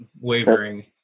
Wavering